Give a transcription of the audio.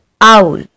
owl